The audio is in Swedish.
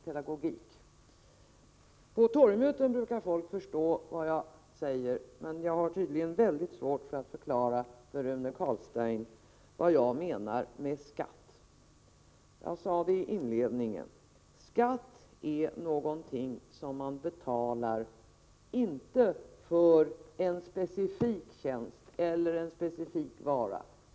På torgmöten brukar folk förstå vad jag säger, men jag har tydligen väldigt svårt att förklara för Rune Carlstein vad jag menar med skatt. Jag sade det i inledningen. Skatt är någonting som man betalar, men inte för en specifik tjänst eller en specifik vara.